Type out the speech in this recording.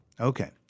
Okay